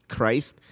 Christ